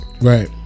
Right